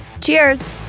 Cheers